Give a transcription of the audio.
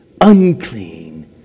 unclean